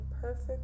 perfect